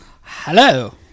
Hello